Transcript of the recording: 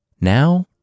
Now